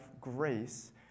grace